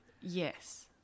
Yes